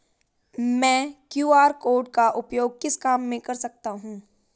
मैं QR code का उपयोग किस काम में कर सकता हूं?